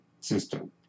system